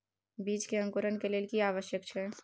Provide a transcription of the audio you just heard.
बीज के अंकुरण के लेल की आवश्यक छै?